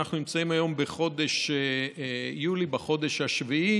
אנחנו נמצאים היום בחודש יולי, בחודש השביעי.